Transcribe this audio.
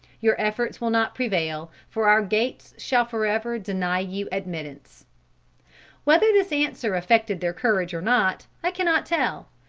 your efforts will not prevail, for our gates shall forever deny you admittance whether this answer affected their courage or not, i cannot tell,